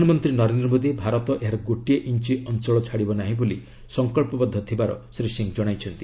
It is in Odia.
ପ୍ରଧାନମନ୍ତ୍ରୀ ନରେନ୍ଦ୍ର ମୋଦୀ ଭାରତ ଏହାର ଗୋଟିଏ ଇଞ୍ଚ ଅଞ୍ଚଳ ଛାଡ଼ିବ ନାହିଁ ବୋଲି ସଂକଳ୍ପବଦ୍ଧ ଥିବାର ଶୀ ସିଂ ଜଣାଇଛନ୍ତି